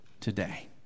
today